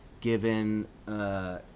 given